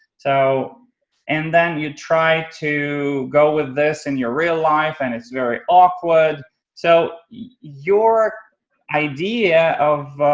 so and then you try to go with this in your real life and it's very awkward so your idea of